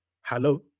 hello